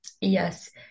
yes